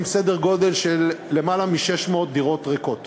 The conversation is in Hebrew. סדר גודל של למעלה מ-600 דירות ריקות.